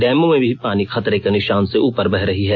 डैमों में भी पानी खतरे के निशान से उपर बह रहा है